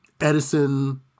Edison